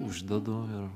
uždedu ir